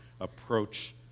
approach